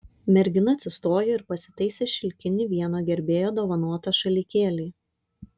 mergina atsistojo ir pasitaisė šilkinį vieno gerbėjo dovanotą šalikėlį